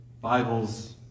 Bibles